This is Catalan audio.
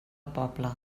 poble